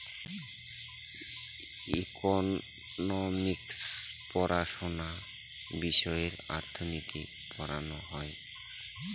economics পড়াশোনা বিষয়ে অর্থনীতি পড়ানো হয়